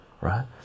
right